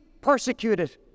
persecuted